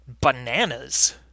bananas